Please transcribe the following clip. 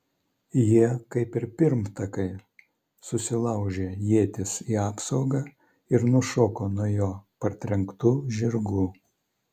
jie kaip ir pirmtakai susilaužė ietis į apsaugą ir nušoko nuo jo partrenktų žirgų